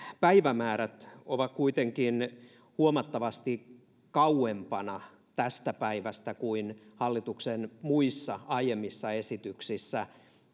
päivämäärät ovat kuitenkin huomattavasti kauempana tästä päivästä kuin hallituksen muissa aiemmissa esityksissä